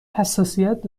حساسیت